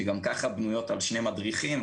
שגם ככה בנויות על שני מדריכים,